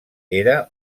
era